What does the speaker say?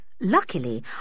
luckily